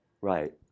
Right